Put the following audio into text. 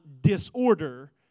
disorder